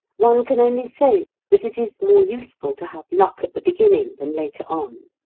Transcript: one can only say that it is more useful to have luck at the beginning than later on.